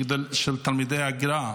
של תלמידי הגר"א,